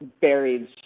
buried